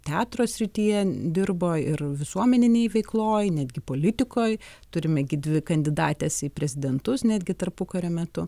teatro srityje dirbo ir visuomeninėj veikloj netgi politikoj turime gi dvi kandidates į prezidentus netgi tarpukario metu